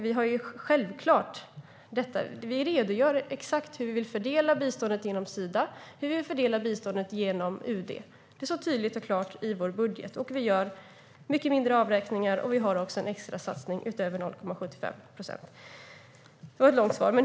Vi redogör exakt för hur vi vill fördela biståndet genom Sida och hur vi vill fördela biståndet genom UD. Det står tydligt och klart i vår budget. Vi gör mycket mindre avräkningar, och vi har också en extrasatsning utöver de 0,75 procenten.